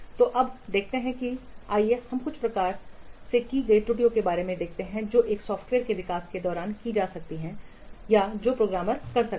तो अब देखते हैं आइए हम कुछ सामान्य रूप से की गई त्रुटियों के बारे में देखते हैं जो एक सॉफ़्टवेयर के विकास के दौरान हो सकती हैं या जो प्रोग्रामर कर सकते हैं